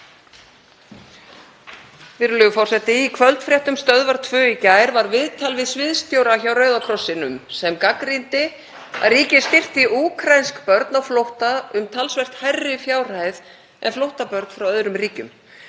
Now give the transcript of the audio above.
Í kvöldfréttum Stöðvar 2 í gær var viðtal við sviðsstjóra hjá Rauða krossinum sem gagnrýndi að ríkið styrkti úkraínsk börn á flótta um talsvert hærri fjárhæð en flóttabörn frá öðrum ríkjum.